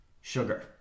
Sugar